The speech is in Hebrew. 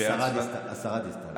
השרה דיסטל.